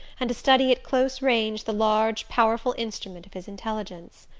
and to study at close range the large powerful instrument of his intelligence.